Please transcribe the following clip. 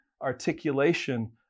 articulation